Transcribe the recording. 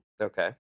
Okay